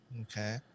Okay